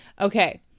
Okay